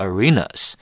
Arenas